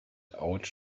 out